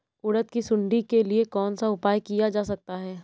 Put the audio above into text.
उड़द की सुंडी के लिए कौन सा उपाय किया जा सकता है?